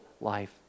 life